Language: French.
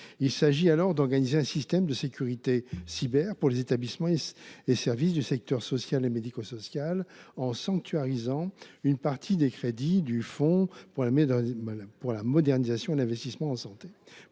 vise donc à instaurer un système de sécurité cyber pour les établissements et services du secteur social et médico social en sanctuarisant une partie des crédits du fonds pour la modernisation et l’investissement en santé